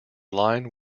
line